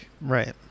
Right